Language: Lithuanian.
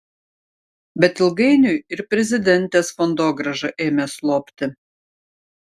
bet ilgainiui ir prezidentės fondogrąža ėmė slopti